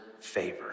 favor